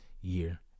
year